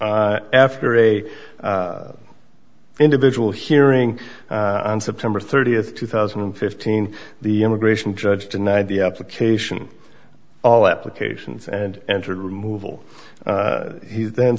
after a individual hearing on september thirtieth two thousand and fifteen the immigration judge denied the application all applications and entered removal he then